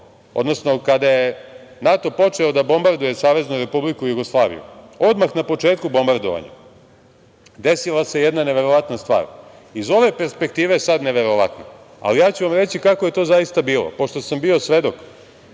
odnosno kada je NATO počeo da bombarduje Saveznu Republiku Jugoslaviju odmah na početku bombardovanja desila se jedna neverovatna stvar, iz ove perspektive sada neverovatno, ali ja ću vam reći kako je to zaista bilo pošto sam bio svedok